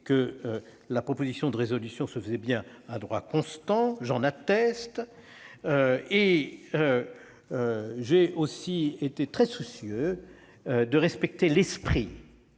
que la proposition de résolution se faisait bien à droit constant : j'en atteste. J'ai aussi été très soucieux de respecter l'esprit